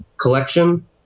collection